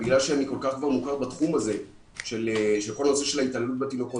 בגלל שאני כל כך מוכר בתחום הזה של ההתעללות בתינוקות